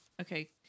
okay